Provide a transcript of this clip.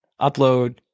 upload